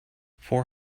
four